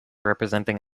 representing